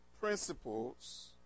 principles